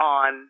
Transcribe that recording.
on